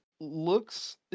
looks